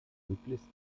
möglichst